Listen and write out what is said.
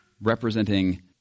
representing